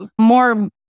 more